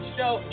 Show